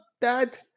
Dad